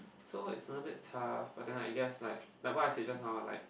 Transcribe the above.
so is a little bit tough but then I guess like like what I said just now like